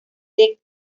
del